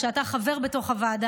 כשאתה חבר בוועדה,